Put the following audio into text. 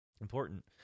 important